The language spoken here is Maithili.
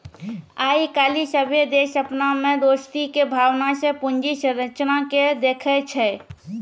आइ काल्हि सभ्भे देश अपना मे दोस्ती के भावना से पूंजी संरचना के देखै छै